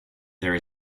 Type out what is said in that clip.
there